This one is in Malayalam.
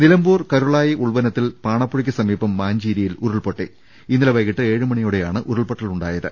നിലമ്പൂർ കരുളായി ഉൾവനത്തിൽ പാണപ്പുഴക്ക് മീപം മാഞ്ചീരിയിൽ ഉരുൾപൊട്ടി ഇന്നലെ വൈകിട്ട് ഏഴുമണിയോടെയാണ് ഉരുൾപൊട്ടൽ ഉണ്ടായത്